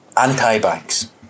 anti-banks